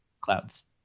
clouds